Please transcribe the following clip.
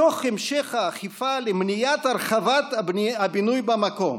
תוך המשך האכיפה למניעת הרחבת הבינוי במקום.